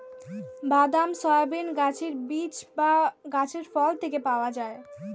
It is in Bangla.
বাদাম, সয়াবিন গাছের বীজ বা গাছের ফল থেকে পাওয়া যায়